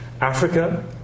Africa